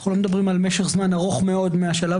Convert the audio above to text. אנחנו לא מדברים על משך זמן ארוך מאוד מהשלב